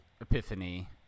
epiphany